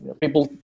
people